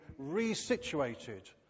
resituated